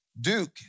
Duke